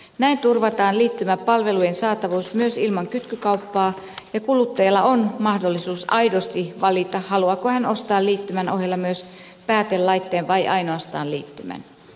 näin turvataan liittymäpalvelujen saatavuus myös ilman kytkykauppaa ja kuluttajalla on mahdollisuus aidosti valita haluaako hän ostaa liittymän ohella myös päätelaitteen vai ainoastaan liittymän